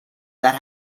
that